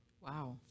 Wow